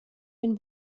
den